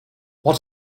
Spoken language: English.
what